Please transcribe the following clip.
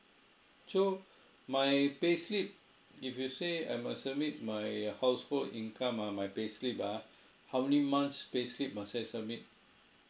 so my payslip if you say I must submit my household income ah my payslip ah how many months payslip must I submit